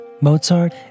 Mozart